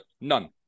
None